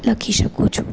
લખી શકું છું